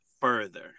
further